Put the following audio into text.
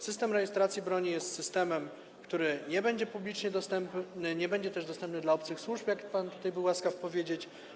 System Rejestracji Broni jest systemem, który nie będzie publicznie dostępny, nie będzie też dostępny dla obcych służb, jak pan tutaj był łaskaw powiedzieć.